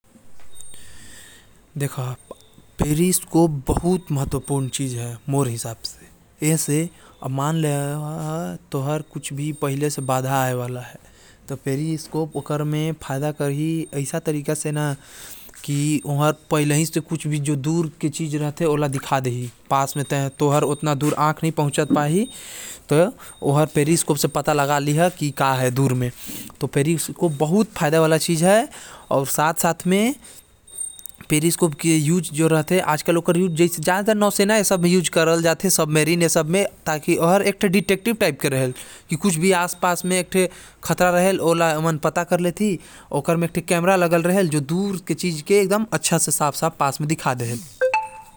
पेरिस्कोप म एक लेंस लगे रहेल, जो दूर के चीज़ ल पास में दिखा देथे। जेकर से आये वाला बाधा के पता पहले से पता चले जायेल।